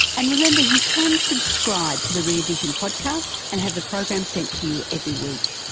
and remember you can subscript to the rear vision podcast and have the program sent to you every week.